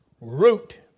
Root